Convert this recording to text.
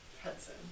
Hudson